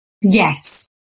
Yes